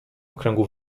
okręgu